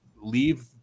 leave